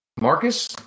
Marcus